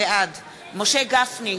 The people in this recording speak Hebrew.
בעד משה גפני,